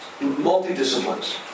multi-disciplines